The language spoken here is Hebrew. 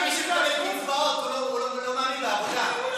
מי שמקבל קצבאות לא מאמין בעבודה,